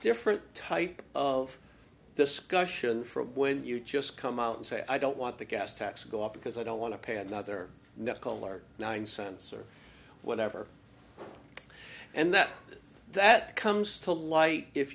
different type of discussion for when you just come out and say i don't want the gas tax go up because i don't want to pay another net call or nine cents or whatever and that that comes to light if